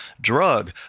drug